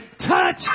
Touch